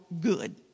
good